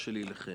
עצמו